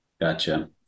Gotcha